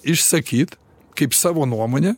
išsakyt kaip savo nuomonę